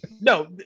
No